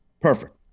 Perfect